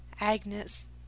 Agnes